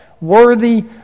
worthy